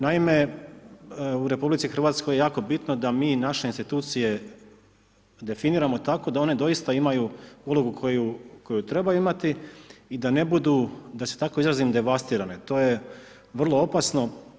Naime, u RH je jako bitno da mi naše institucije definiramo tako da one doista imaju ulogu koju trebaju imati i da ne budu da se tako izrazim devastirane, to je vrlo opasno.